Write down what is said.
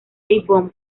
von